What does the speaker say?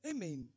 Amen